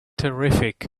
terrific